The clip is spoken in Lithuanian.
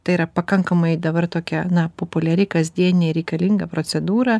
tai yra pakankamai dabar tokia populiari kasdieninė reikalinga procedūra